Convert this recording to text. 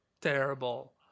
terrible